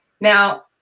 Now